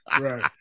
right